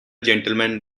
gentleman